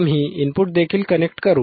आम्ही इनपुट देखील कनेक्ट करू